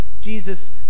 Jesus